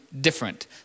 different